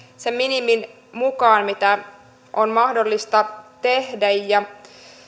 sen minimin mukaan mitä on mahdollista tehdä